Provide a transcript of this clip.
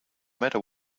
matter